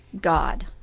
God